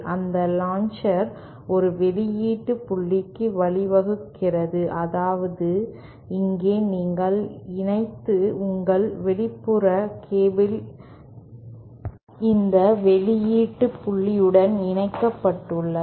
அந்த லாஞ்சர் ஒரு வெளியீட்டு புள்ளிக்கு வழிவகுக்கிறது அதாவது இங்கே நீங்கள் இணைத்து உங்கள் வெளிப்புற கேபிள் இந்த வெளியீட்டு புள்ளியுடன் இணைக்கப்பட்டுள்ளது